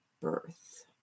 birth